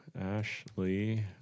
Ashley